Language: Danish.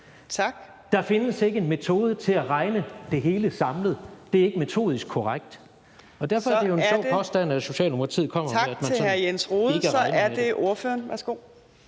der ikke findes en metode til at regne det hele samlet. Det er ikke metodisk korrekt. Og derfor er det jo en sjov påstand, Socialdemokratiet kommer med. Kl. 15:19 Fjerde